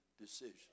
decision